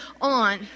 on